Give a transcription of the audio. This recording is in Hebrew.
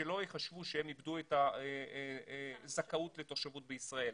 שלא ייחשבו שהם איבדו את הזכאות לתושבות בישראל.